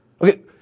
Okay